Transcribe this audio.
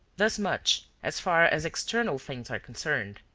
thus much, as far as external things are concerned.